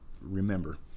remember